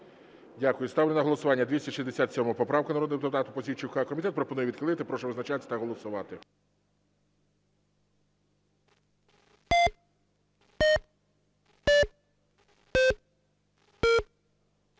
Ставлю на голосування 267 поправку народного депутата Пузійчука. Комітет пропонує відхилити. Прошу визначатися та голосувати.